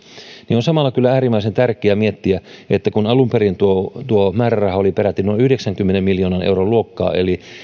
niin on samalla kyllä äärimmäisen tärkeää miettiä että kun alun perin tuo tuo määräraha oli peräti noin yhdeksänkymmenen miljoonan euron luokkaa eli